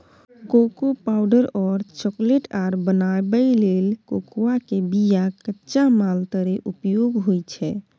cocoa powder और chocolate आर बनाबइ लेल कोकोआ के बिया कच्चा माल तरे उपयोग होइ छइ